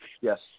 Yes